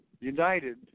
united